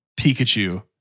Pikachu